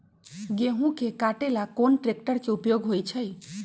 गेंहू के कटे ला कोंन ट्रेक्टर के उपयोग होइ छई?